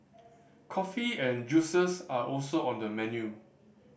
coffee and juices are also on the menu